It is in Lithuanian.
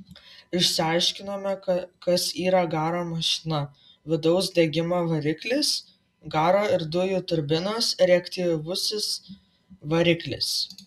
išsiaiškinome kas yra garo mašina vidaus degimo variklis garo ir dujų turbinos reaktyvusis variklis